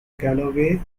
galloway